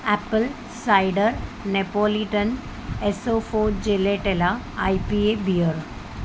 apple cider neapolitan neapolitan I P A beer